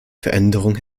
veränderungen